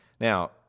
Now